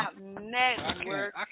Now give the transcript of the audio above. Network